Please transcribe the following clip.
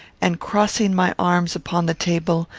and, crossing my arms upon the table,